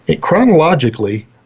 chronologically